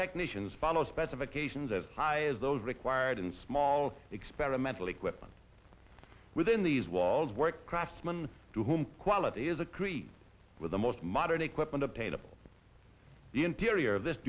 technicians follow specifications as high as those required in small experimental equipment within these walls work craftsman to whom quality is a creep with the most modern equipment obtainable the interior of this